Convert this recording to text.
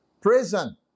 prison